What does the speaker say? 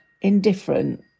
indifferent